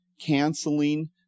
canceling